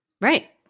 Right